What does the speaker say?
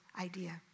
idea